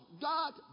god